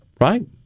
right